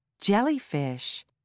Jellyfish